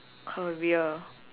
career